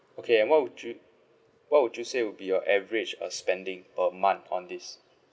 okay and what would you what would you say would be your average uh spending per month on this